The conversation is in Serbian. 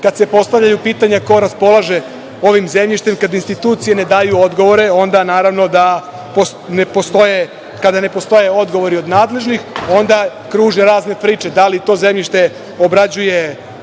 kada se postavljaju pitanja ko raspolaže ovim zemljištem. Kada institucije ne daju odgovore onda, naravno kada ne postoje odgovori od nadležnih onda kruže razne priče, da li je to zemljište obrađuje